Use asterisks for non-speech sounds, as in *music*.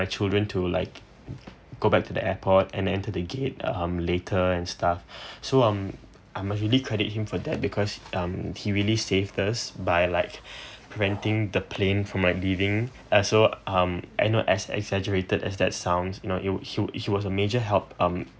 children to like go back to the airport and enter the gate um later and stuff *breath* so um I'm really credit him for that because um he really save us by like *breath* renting the plane for my living also um I know as exaggerated as that sounds you know he he he was a major help um